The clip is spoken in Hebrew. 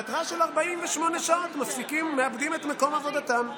בהתראה של 48 שעות מאבדים את מקום עבודתם.